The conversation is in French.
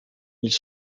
ils